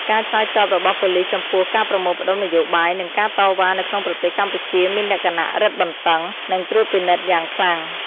ការឆ្លើយតបរបស់ប៉ូលីសចំពោះ ការប្រមូលផ្តុំនយោបាយ និងការតវ៉ានៅក្នុងប្រទេសកម្ពុជាមានលក្ខណៈរឹតបន្តឹង និងត្រួតពិនិត្យយ៉ាងខ្លាំង។